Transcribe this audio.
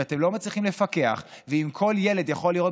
אם אתם לא מצליחים לפקח ואם כל ילד יכול לראות